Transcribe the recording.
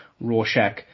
Rorschach